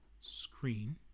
screen